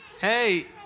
Hey